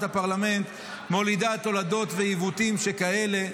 הפרלמנט מולידה תולדות ועיוותים שכאלה,